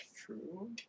True